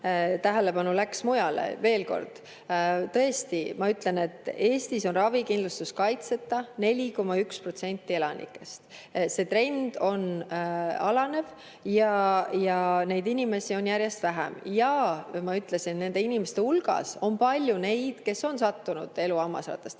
Tähelepanu läks mujale. Veel kord. Tõesti ma ütlen, et Eestis on ravikindlustuskaitseta 4,1% elanikest. See trend on alanev ja neid inimesi on järjest vähem. Ja ma ütlesin, et nende inimeste hulgas on palju neid, kes on sattunud elu hammasrataste